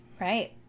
Right